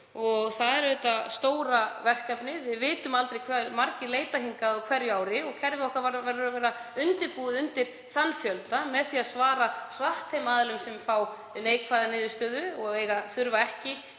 sig. Það er auðvitað stóra verkefnið. Við vitum aldrei hve margir leita hingað á hverju ári og kerfið okkar verður að vera búið undir þann fjölda með því að svara hratt þeim aðilum sem fá neikvæða niðurstöðu og þurfa ekki